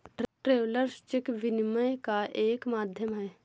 travellers cheque विनिमय का एक माध्यम है